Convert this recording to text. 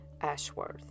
Ashworth